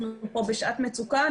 אנחנו פה בשעת מצוקה,